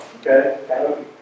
Okay